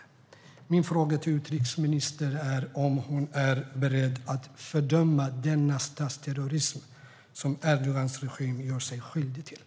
Min fråga till utrikesministern är om hon är beredd att fördöma denna statsterrorism som Erdogans regim gör sig skyldig till?